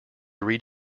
read